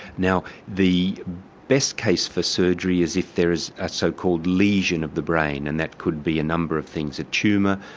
now the best case for surgery is if there is a so-called lesion of the brain and that could be a number of things a tumour,